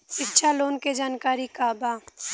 शिक्षा लोन के जानकारी का बा?